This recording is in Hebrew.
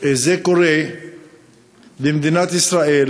זה קורה במדינת ישראל,